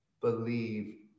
believe